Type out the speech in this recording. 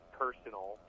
personal